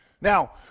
Now